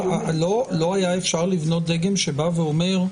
אבל לא היה אפשר לבנות דגם שבא ואומר: